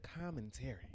commentary